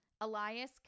Elias